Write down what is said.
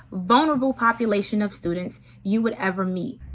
vulnerable population of students you would ever meet.